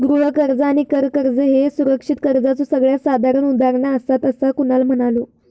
गृह कर्ज आणि कर कर्ज ह्ये सुरक्षित कर्जाचे सगळ्यात साधारण उदाहरणा आसात, असा कुणाल म्हणालो